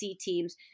teams